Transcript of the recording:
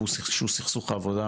שהוא סכסוך עבודה